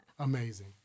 Amazing